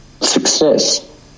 success